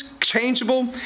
changeable